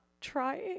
trying